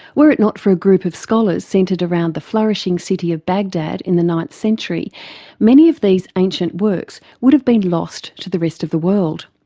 were it not for a group of scholars centred around the flourishing city of bagdad in the ninth century many of these ancient works would have been lost to the rest of the world.